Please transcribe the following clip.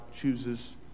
chooses